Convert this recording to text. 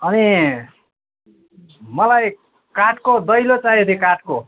अनि मलाई काठको दैलो चाहिएको थियो काठको